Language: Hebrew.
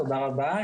תודה רבה.